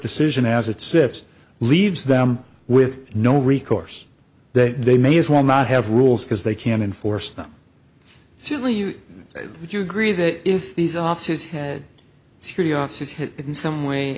decision as it sifts leaves them with no recourse that they may as well not have rules because they can't enforce them certainly you would you agree that if these offices had security officers had in some